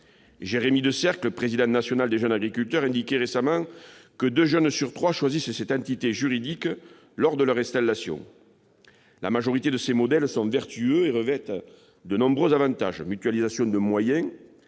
Jérémy Decercle, président national des Jeunes Agriculteurs, indiquait récemment que deux jeunes sur trois choisissent cette entité juridique lors de leur installation. La majorité de ces modèles sont vertueux et revêtent de nombreux avantages : mutualisation de moyens